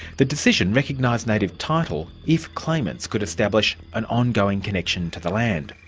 the decision recognised native title, if claimants could establish an ongoing connection to the land.